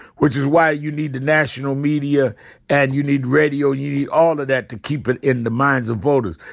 which is why you need the national media and you need radio. you need all of that to keep it in the minds of voters.